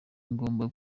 ngomba